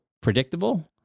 predictable